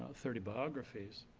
ah thirty biographies,